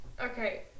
Okay